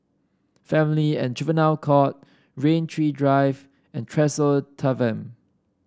Family and Juvenile Court Rain Tree Drive and Tresor Tavern